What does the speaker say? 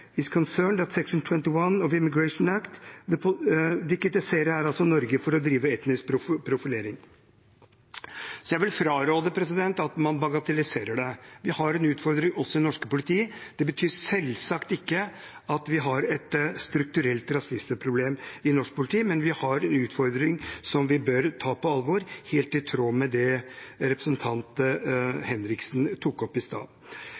of the Immigration Act» – de kritiserer her altså Norge for å drive etnisk profilering. Så jeg vil fraråde at man bagatelliserer det. Vi har en utfordring også i det norske politi. Det betyr selvsagt ikke at vi har et strukturelt rasismeproblem i norsk politi, men vi har en utfordring som vi bør ta på alvor, helt i tråd med det representanten Henriksen tok opp i stad.